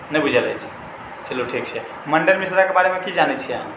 नहि बुझल अछि चलु ठीक छै मण्डन मिश्राके बारेमे की जानै छी अहाँ